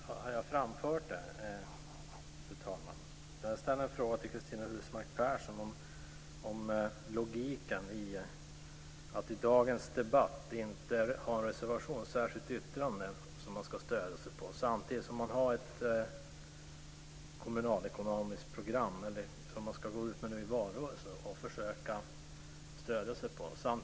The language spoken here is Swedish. Fru talman! Har jag framfört detta, fru talman? Jag ställde en fråga till Cristina Husmark Pehrsson om logiken i att i dagens debatt inte ha en reservation eller ett särskilt yttrande som man ska stödja sig på samtidigt som man har ett kommunalekonomiskt program som man ska gå ut med i valrörelsen.